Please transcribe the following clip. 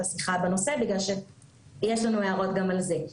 השיחה בנושא בגלל שיש לנו הערות גם על זה.